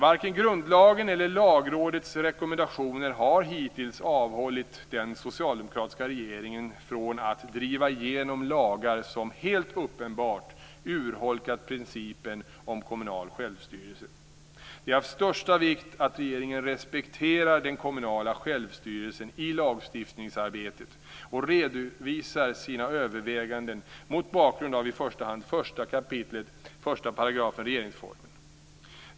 Varken grundlagen eller Lagrådets rekommendationer har hittills avhållit den socialdemokratiska regeringen från att driva igenom lagar som helt uppenbart urholkat principen om kommunal självstyrelse. Det är av största vikt att regeringen respekterar den kommunala självstyrelsen i lagstiftningsarbetet och redovisar sina överväganden mot bakgrund av främst 1 kap. 1 § regeringsformen.